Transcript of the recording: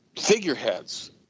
figureheads